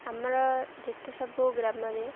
ଆମର ଯେତେ ସବୁ ଗ୍ରାମରେ